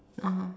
(uh huh)